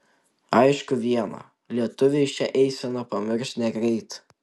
aišku viena lietuviai šią eiseną pamirš negreit